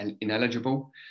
ineligible